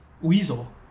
Weasel